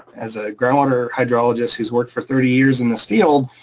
as a groundwater hydrologist who's worked for thirty years in this field,